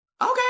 okay